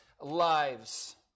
lives